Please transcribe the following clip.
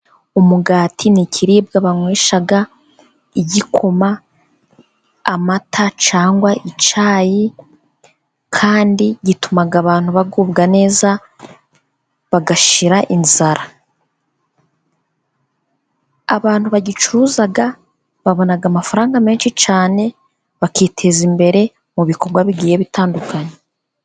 Umugati ni ikiribwa banywesha igikoma, amata cyangwa icyayi, kandi gituma abantu bagubwa neza bagashira inzara. Abantu bagicuruza, babona amafaranga menshi cyane, bakiteza imbere mu bikorwa bigiye bitandukanye.